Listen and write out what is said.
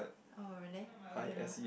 oh really I don't know